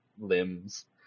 limbs